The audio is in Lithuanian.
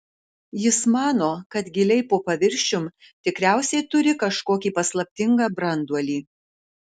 jis mano kad giliai po paviršium tikriausiai turi kažkokį paslaptingą branduolį